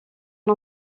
son